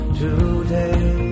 today